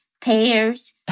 pears